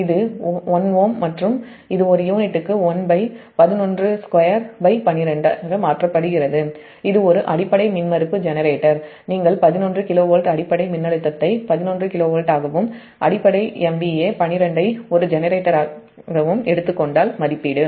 இது 1Ω மற்றும் இது ஒரு யூனிட்டுக்கு 111212 மாற்றப்படுகிறதுஇது ஒரு அடிப்படை மின்மறுப்பு ஜெனரேட்டர் நீங்கள் 11 kV அடிப்படை மின்னழுத்தத்தை 11 kV ஆகவும் அடிப்படை 12 MVAஐ ஒரு ஜெனரேட்டராகவும் எடுத்துக் கொண்டால் மதிப்பீடு